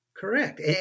Correct